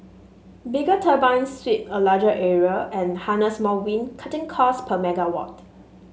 bigger turbines sweep a larger area and harness more wind cutting costs per megawatt